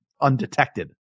undetected